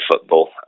football